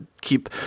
keep